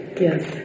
Yes